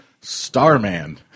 Starman